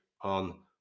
on